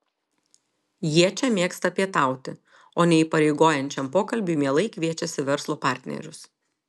jie čia mėgsta pietauti o neįpareigojančiam pokalbiui mielai kviečiasi verslo partnerius